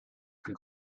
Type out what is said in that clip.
plus